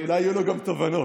אולי יהיו לו גם תובנות.